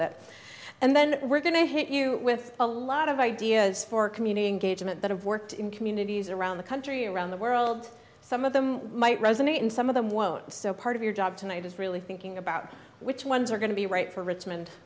bit and then we're going to hit you with a lot of ideas for community engagement that have worked in communities around the country around the world some of them might resonate and some of them won't so part of your job tonight is really thinking about which ones are going to be right for richmond